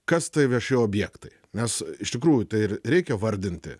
kas tai vieši objektai nes iš tikrųjų tai ir reikia vardinti